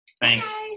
Thanks